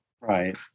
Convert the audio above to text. Right